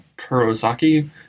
kurosaki